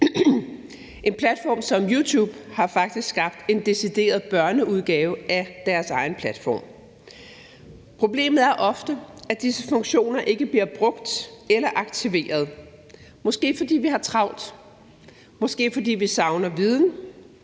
En platform som YouTube har faktisk skabt en decideret børneudgave af deres egen platform. Problemet er ofte, at disse funktioner ikke bliver brugt eller aktiveret, måske fordi vi har travlt, måske fordi vi savner viden,